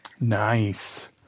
nice